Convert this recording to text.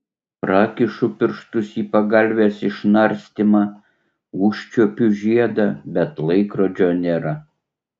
prakišu pirštus į pagalvės išnarstymą užčiuopiu žiedą bet laikrodžio nėra